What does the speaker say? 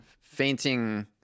fainting